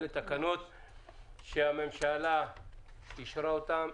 אלה תקנות שהממשלה אישרה אותן.